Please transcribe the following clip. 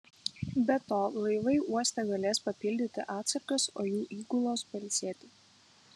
be to laivai uoste galės papildyti atsargas o jų įgulos pailsėti